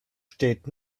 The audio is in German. steht